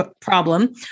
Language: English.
problem